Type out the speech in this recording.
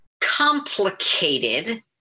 Complicated